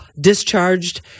discharged